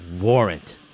Warrant